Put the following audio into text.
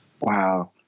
Wow